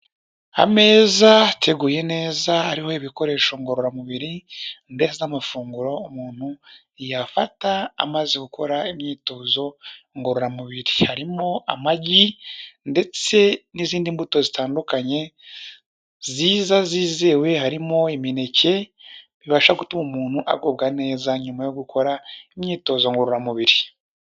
Ameza ateguye neza ariho ibikoresho ngororamubiri ndetse n'amafunguro umuntu yafata amaze gukora imyitozo ngororamubiri. Harimo amagi ndetse n'izindi mbuto zitandukanye nziza zizewe, harimo imineke bibasha gutuma umuntu agubwa neza nyuma yo gukora imyitozo ngororamubiri.